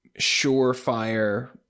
surefire